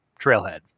Trailhead